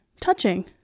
touching